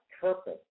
purpose